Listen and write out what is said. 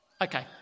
Okay